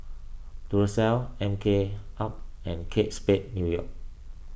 Duracell M K up and Kate Spade New York